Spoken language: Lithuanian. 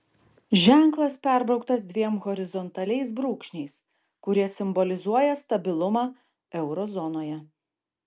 ženklas perbrauktas dviem horizontaliais brūkšniais kurie simbolizuoja stabilumą euro zonoje